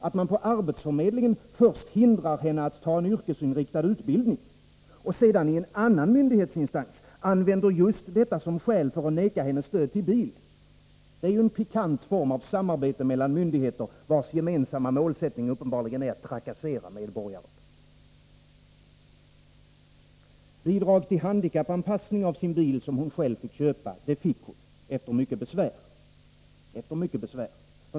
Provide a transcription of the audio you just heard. Att först arbetsförmedlingen hindrar henne att ta en yrkesinriktad utbildning och sedan en annan myndighetsinstans använder just detta som skäl att neka henne stöd till bil — det är ju en pikant form av samarbete mellan myndigheter, vilkas gemensamma målsättning uppenbarligen är att trakassera medborgare. Bidrag till handikappanpassning av sin bil, som hon själv köpte, fick hon efter mycket besvär.